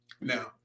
Now